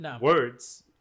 words